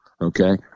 Okay